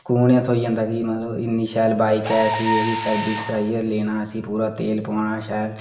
सुकून ऐ थ्होई जंदा की इन्नी शैल बाईक ऐ ठीक ऐ भी सर्विस कराइयै लैना पूरा तेल पाना भी इसी शैल